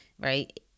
right